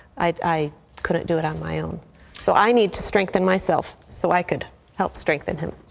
i i couldn't do it on my own so i need to strengthen myself so i could help strengthen him.